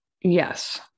Yes